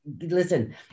listen